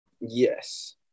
Yes